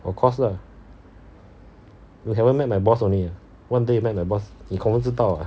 of course lah you haven't met my boss only one day you met my boss 你 confirm 知道